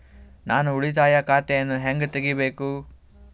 ನಾನು ಉಳಿತಾಯ ಖಾತೆಯನ್ನು ಹೆಂಗ್ ತಗಿಬೇಕು?